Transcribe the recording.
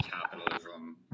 capitalism